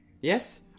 Yes